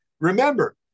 Remember